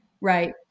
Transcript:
right